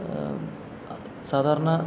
സാധാരണ